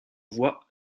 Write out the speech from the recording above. voie